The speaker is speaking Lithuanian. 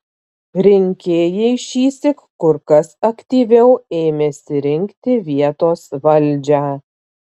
rinkėjai šįsyk kur kas aktyviau ėmėsi rinkti vietos valdžią